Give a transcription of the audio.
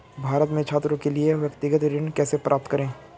भारत में छात्रों के लिए व्यक्तिगत ऋण कैसे प्राप्त करें?